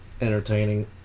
entertaining